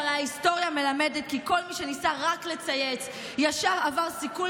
שהרי ההיסטוריה מלמדת כי כל מי שניסה רק לצייץ ישר עבר סיכול